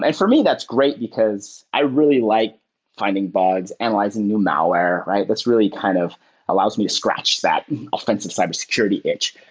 and for me, that's great, because i really like finding bugs, analyzing new malware, right? that's really kind of allows me to scratch that offensive cybersecurity itch.